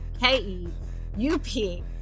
K-E-U-P